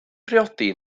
priodi